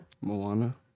Moana